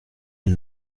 ein